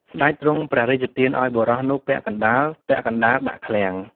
ស្តេចទ្រង់ព្រះរាជទានឱ្យបុរស នោះពាក់កណ្ដាលៗដាក់ឃ្លាំង។